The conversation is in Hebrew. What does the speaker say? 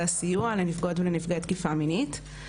הסיוע לנפגעות לנפגעי תקיפה מינית.